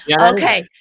okay